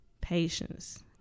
patience